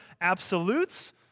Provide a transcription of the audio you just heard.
absolutes